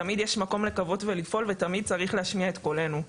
תמיד יש מקום לקוות ולפעול ותמיד צריך להשמיע את קולנו.